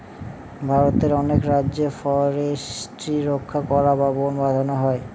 ভারতের অনেক রাজ্যে ফরেস্ট্রি রক্ষা করা বা বোন বাঁচানো হয়